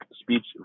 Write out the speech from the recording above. Speech